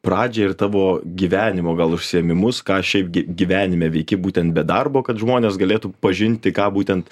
pradžią ir tavo gyvenimo gal užsiėmimus ką šiaip gy gyvenime veiki būtent be darbo kad žmonės galėtų pažinti ką būtent